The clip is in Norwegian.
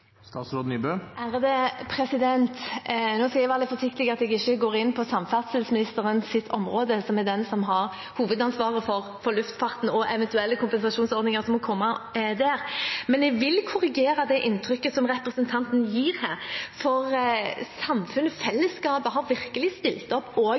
Nå skal jeg være litt forsiktig så jeg ikke går inn på området til samferdselsministeren, som er den som har hovedansvaret for luftfarten og eventuelle kompensasjonsordninger som måtte komme der. Men jeg vil korrigere det inntrykket representanten gir her, for samfunnet og fellesskapet har virkelig stilt opp